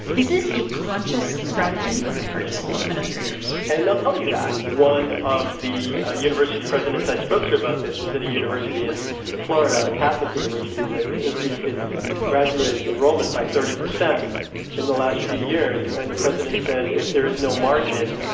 this is a conscious strategy on the part of school administrators and they'll tell you that. one of the ah university presidents i spoke to about this was at a university in florida, a catholic university that's increased its graduate enrollment by thirty percent in the last few years. and the president said, if there is no margin,